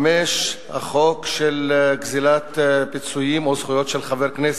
5. החוק של גזלת פיצויים או זכויות של חבר כנסת,